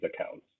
accounts